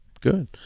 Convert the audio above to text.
Good